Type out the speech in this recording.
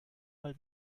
mal